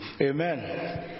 Amen